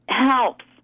helps